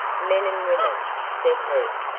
men and women, said he,